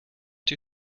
die